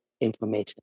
information